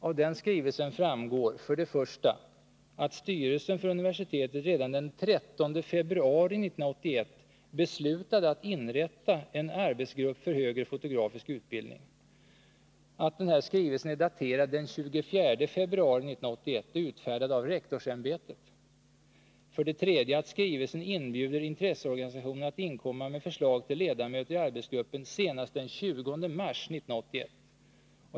Av den skrivelsen framgår för det första att styrelsen för universitetet redan den 13 februari 1981 beslutade att inrätta en arbetsgrupp för högre fotografisk utbildning, för det andra att denna skrivelse är daterad den 24 februari 1981 och är utfärdad av rektorsämbetet och för det tredje att skrivelsen inbjuder intresseorganisationer att inkomma med förslag till ledamöter i arbetsgruppen senast den 20 mars 1981.